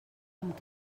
amb